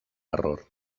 error